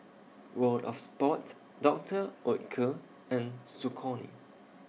World of Sports Doctor Oetker and Saucony